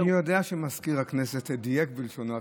אני יודע שמזכיר הכנסת דייק בלשונו,